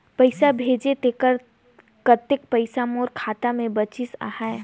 पइसा भेजे तेकर कतेक पइसा मोर खाता मे बाचिस आहाय?